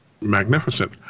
magnificent